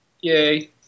Yay